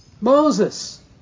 Moses